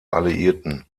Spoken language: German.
alliierten